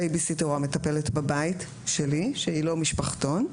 הבייבי-סיטר או המטפלת בבית שלי שהיא לא משפחתון.